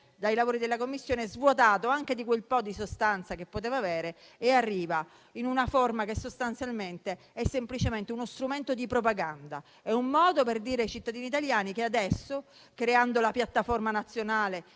dai lavori della Commissione svuotato anche di quel po' di sostanza che poteva avere e arriva in una forma che è semplicemente uno strumento di propaganda. È un modo per dire ai cittadini italiani che adesso, creando la piattaforma nazionale